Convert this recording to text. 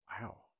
Wow